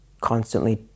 constantly